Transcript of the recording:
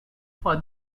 for